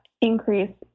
increase